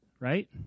Right